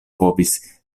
povis